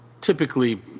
typically